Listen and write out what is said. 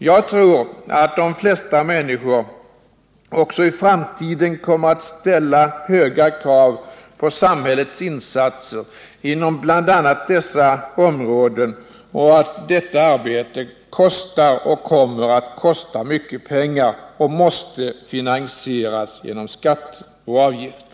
Jag tror att de flesta människor också i framtiden kommer att ställa höga krav på samhällets insatser inom bl.a. dessa områden och att detta arbete kostar och kommer att kosta mycket pengar och måste finansieras genom skatter och avgifter.